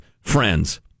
friends